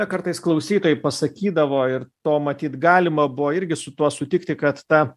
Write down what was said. kartais klausytojai pasakydavo ir to matyt galima buvo irgi su tuo sutikti kad ta